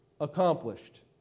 accomplished